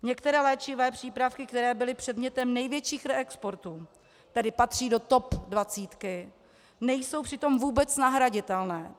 Některé léčivé přípravky, které byly předmětem největších reexportů, tedy patří do top dvacítky, nejsou přitom vůbec nahraditelné.